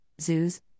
zoos